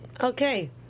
Okay